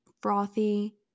frothy